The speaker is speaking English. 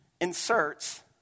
inserts